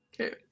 Okay